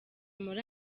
muri